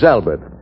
Albert